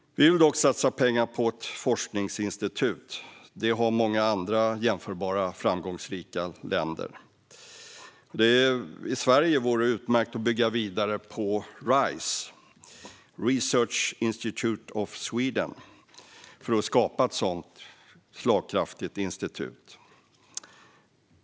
Vi vill dock satsa pengar på ett forskningsinstitut. Det har många andra jämförbara framgångsrika länder. I Sverige vore det utmärkt att bygga vidare på RISE Research Institutes of Sweden för att skapa ett sådant slagkraftigt institut.